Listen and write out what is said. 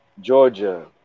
Georgia